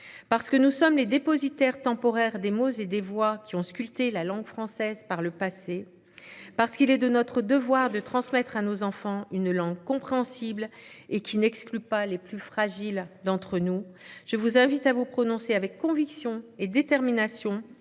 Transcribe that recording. parce que nous sommes les dépositaires temporaires des mots et des voix qui ont sculpté la langue française par le passé, parce qu’il est de notre devoir de transmettre à nos enfants une langue compréhensible qui n’exclut pas les plus fragiles d’entre nous, je vous invite à vous prononcer avec conviction et détermination